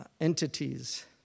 entities